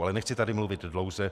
Ale nechci tady mluvit dlouze.